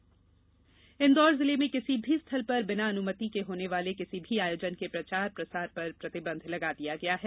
प्रचार प्रतिबंध इंदौर जिले में किसी भी स्थल पर बिना अनुमति के होने वाले किसी भी आयोजन के प्रचार प्रसार पर प्रतिबंध लगा दिया गया है